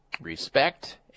respect